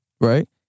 Right